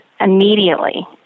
immediately